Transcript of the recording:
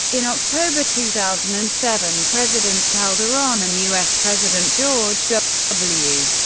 in october two thousand and seven, president calderon and us president george w.